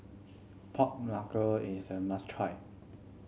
pork knuckle is a must try